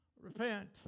Repent